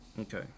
Okay